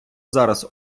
зараз